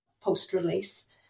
post-release